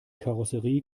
karosserie